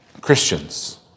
Christians